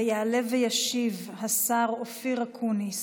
יעלה וישיב השר אופיר אקוניס.